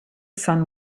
sun